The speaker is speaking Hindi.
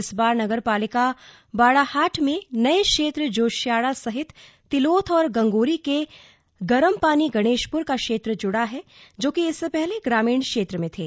इस बार नगरपालिका बाड़ाहाट में नए क्षेत्र जोषियाड़ा सहित तिलोथ और गंगोरी के गरमपानी गणेशपुर का क्षेत्र जुड़ा है जो कि इससे पहले ग्रामीण क्षेत्र में थे